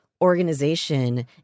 Organization